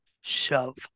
shove